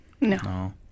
No